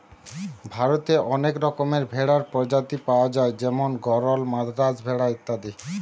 ভারতে অনেক রকমের ভেড়ার প্রজাতি পায়া যায় যেমন গরল, মাদ্রাজ ভেড়া ইত্যাদি